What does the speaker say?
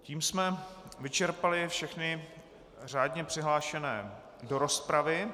Tím jsme vyčerpali všechny řádně přihlášené do rozpravy.